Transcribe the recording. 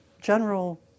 general